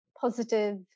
positive